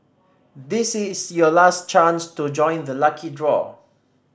this is your last chance to join the lucky draw